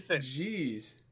jeez